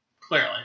Clearly